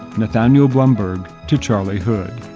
nathaniel blumberg to charlie hood.